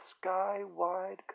sky-wide